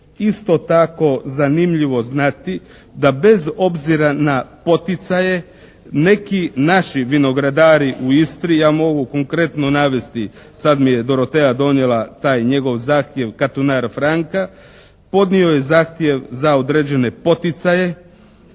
isto tako zanimljivo znati, da bez obzira na poticaje neki naši vinogradari u Istri, ja mogu konkretno navesti, sad mi je Dorotea donijela taj njegov zahtjev Katunar Franka, podnio je zahtjev za određene poticaje